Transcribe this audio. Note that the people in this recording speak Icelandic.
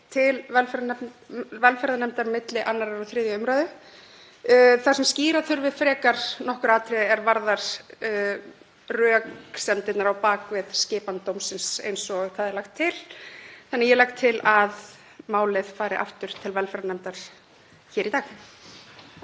til velferðarnefndar milli 2. og 3. umr. þar sem skýra þurfi frekar nokkur atriði er varða röksemdirnar á bak við skipan dómsins eins og þar er lagt til. Ég legg því til að málið fari aftur til velferðarnefndar hér í dag.